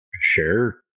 sure